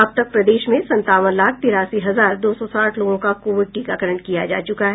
अब तक प्रदेश में संतावन लाख तिरासी हजार दो सौ साठ लोगों का कोविड टीकाकरण किया जा चुका है